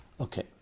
Okay